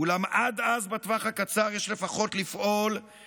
אולם עד אז בטווח הקצר יש לפעול לפחות